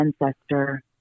ancestor